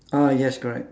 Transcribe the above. ah yes correct